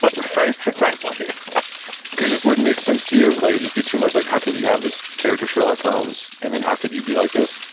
but referring frankly because this wouldn't make sense to you? like it just be too much like, how can you have this character sherlock holmes, and then how could you be like this?